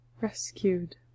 rescued